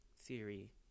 theory